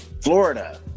Florida